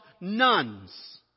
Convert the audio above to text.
nuns